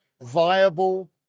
viable